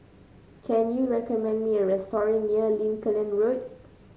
can you recommend me a restaurant near Lincoln Road